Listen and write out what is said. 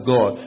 God